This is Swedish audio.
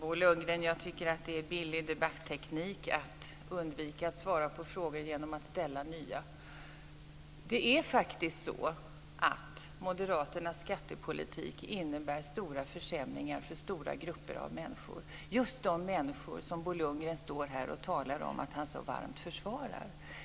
Fru talman! Jag tycker att det är billig debatteknik att undvika att svara på frågor genom att ställa nya, Det är faktiskt så att Moderaternas skattepolitik innebär stora försämringar för stora grupper av människor - just de människor som Bo Lundgren står här och talar om att han så varmt försvarar.